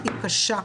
היא קשה.